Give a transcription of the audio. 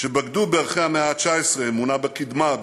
שבגדו בערכי המאה ה-19: אמונה בקדמה,